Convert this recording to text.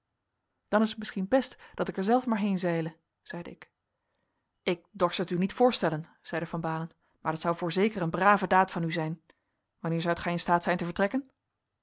dan is het misschien best dat ik er zelf maar heen zeile zeide ik ik dorst het u niet voorstellen zeide van baalen maar dat zou voorzeker een brave daad van u zijn wanneer zoudt gij in staat zijn te vertrekken